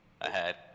ahead